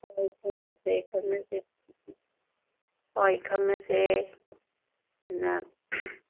ꯍꯣꯏ ꯈꯪꯅꯁꯦ ꯈꯪꯅꯁꯦ ꯍꯣꯏ ꯈꯪꯅꯁꯦ ꯑꯗꯨꯅ